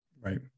right